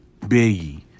Biggie